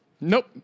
Nope